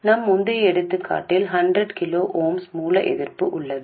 நம் முந்தைய எடுத்துக்காட்டில் 100 கிலோ ஓம்ஸ் மூல எதிர்ப்பு உள்ளது